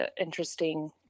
interesting